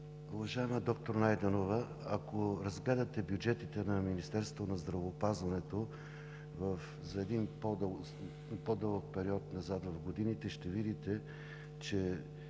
Уважаема доктор Найденова, ако разгледате бюджетите на Министерството на здравеопазването за един по-дълъг период назад в годините, ще видите, че